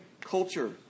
culture